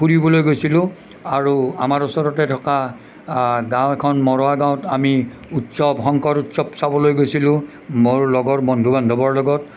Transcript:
ফুৰিবলৈ গৈছিলোঁ আৰু আমাৰ ওচৰতে থকা গাঁও এখন মৰুৱা গাৱঁত আমি উৎসৱ শংকৰ উৎসৱ চাবলৈ গৈছিলোঁ মোৰ লগৰ বন্ধু বান্ধৱৰ লগত